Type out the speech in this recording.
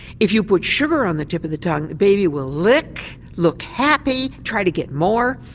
if you put sugar on the tip of the tongue the baby will lick, look happy, try to get more.